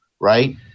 right